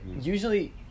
usually